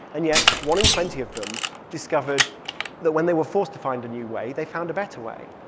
and yet one in twenty of them discovered that, when they were forced to find a new way, they found a better way.